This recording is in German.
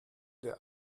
der